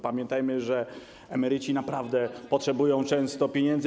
Pamiętajmy, że emeryci naprawdę potrzebują często pieniędzy.